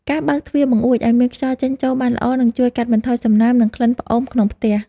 ការបើកទ្វារបង្អួចឱ្យមានខ្យល់ចេញចូលបានល្អនឹងជួយកាត់បន្ថយសំណើម និងក្លិនផ្អូមក្នុងផ្ទះ។